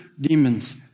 demons